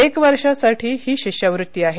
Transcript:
एका वर्षासाठी ही शिष्यवृत्ती आहे